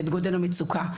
את גודל המצוקה,